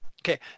Okay